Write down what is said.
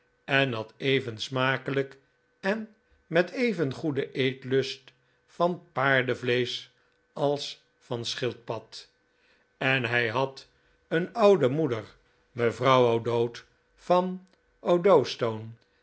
en at even smakelijk en met even goeden eetlust van paardenvleesch als van schildpad en hij had een oude moeder mevrouw o'dowd van